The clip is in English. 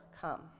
come